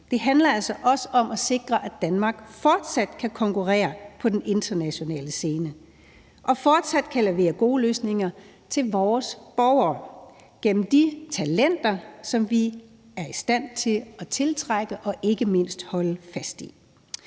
det handler altså også om at sikre, at Danmark fortsat kan konkurrere på den internationale scene og fortsat kan levere gode løsninger til vores borgere gennem de talenter, som vi er i stand til at tiltrække og ikke mindst holde fast i.